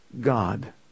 God